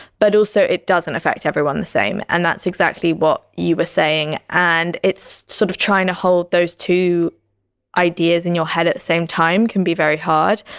but also it doesn't affect everyone the same. and that's exactly what you were saying. and it's sort of trying to hold those two ideas in your head at the same time can be very hard.